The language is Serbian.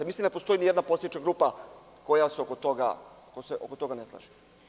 Mislim da ne postoji ni jedna poslanička grupa koja se oko toga ne slaže.